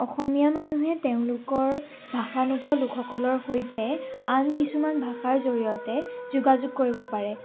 অসমীয়া মানুহে তেওঁলোকৰ ভাষা নুকোৱা লোকসকলৰ সৈতে আন কিছুমান ভাষাৰ জৰিয়তে যোগাযোগ কৰিব পাৰে